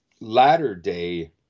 latter-day